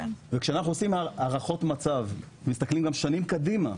וכשנחנו עושים הערכות מצב ומסתכלים שנים קדימה,